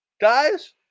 Guys